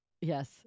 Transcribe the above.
Yes